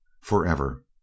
Forever